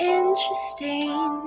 interesting